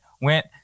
went